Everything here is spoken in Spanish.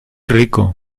rico